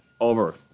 over